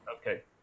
okay